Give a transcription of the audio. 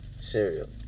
cereal